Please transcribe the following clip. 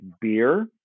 beer